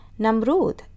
Namrud